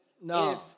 no